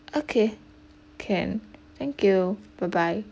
okay can thank you bye bye